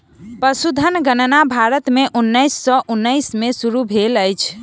पशुधन गणना भारत में उन्नैस सौ उन्नैस में शुरू भेल अछि